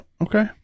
okay